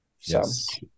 Yes